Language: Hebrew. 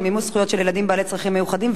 למימוש זכויות של ילדים בעלי צרכים מיוחדים,